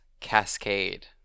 cascade